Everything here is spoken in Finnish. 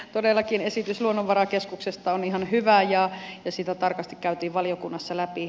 todellakin esitys luonnonvarakeskuksesta on ihan hyvä ja sitä tarkasti käytiin valiokunnassa läpi